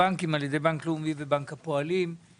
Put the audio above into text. הבינלאומי מחזיק 28% מהשליטה בכאל.